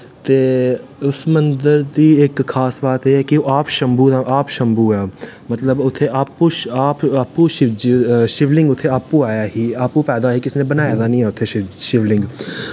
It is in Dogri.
ते उस मन्दर दी इक्क खास बात एह् ऐ कि ओह् आपशम्बू ऐ ओह् मतलव उत्थे आप आपू शिवलिंग उत्थें आपं आया ही आपूं पैदा होआ ही किसी ने बनाए दा नी ऐ उत्थें शिवलिंग